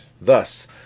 Thus